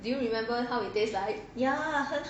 do you remember how it tastes like